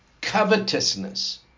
covetousness